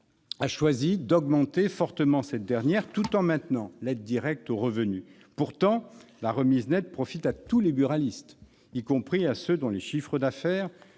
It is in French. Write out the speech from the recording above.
a choisi d'augmenter fortement cette dernière, tout en maintenant l'aide directe aux revenus. Pourtant, la remise nette profite à tous les buralistes, y compris ceux dont les chiffres d'affaires